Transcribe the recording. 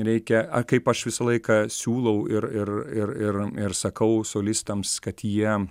reikia kaip aš visą laiką siūlau ir ir ir ir ir sakau solistams kad jie